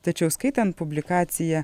tačiau skaitant publikaciją